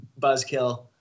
buzzkill